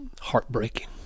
heartbreaking